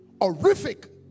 horrific